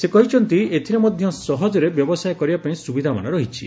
ସେ କହିଛନ୍ତି ଏଥିରେମଧ୍ୟ ସହଜରେ ବ୍ୟବସାୟ କରିବା ପାଇଁ ସ୍ରବିଧାମାନ ରହିଛି